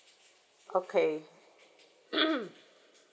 okay